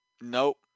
Nope